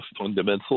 fundamental